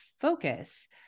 focus